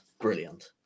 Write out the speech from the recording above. brilliant